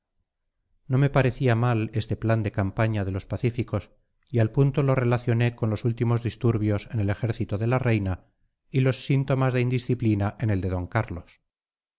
no me parecía mal este plan de campaña de los pacíficos y al punto lo relacioné con los últimos disturbios en el ejército de la reina y los síntomas de indisciplina en el de don carlos